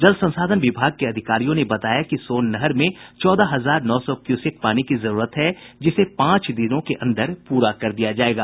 जल संसाधन विभाग के अधिकारियों ने बताया कि सोन नहर में चौदह हजार नौ सौ क्यूसेक पानी की जरूरत है जिसे पांच दिनों के अंदर प्रा कर दिया जायेगा